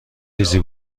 چیزی